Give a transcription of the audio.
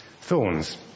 thorns